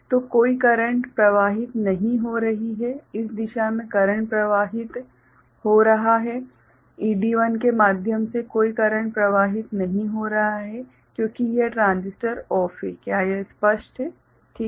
तो कोई करंट प्रवाहित नहीं हो रहा है इस दिशा मे करंट प्रवाहित हो रहा है ED1 के माध्यम से कोई करंट प्रवाहित नहीं हो रहा है क्योंकि यह ट्रांजिस्टर OFF है क्या यह स्पष्ट है ठीक है